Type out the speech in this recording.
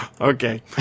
Okay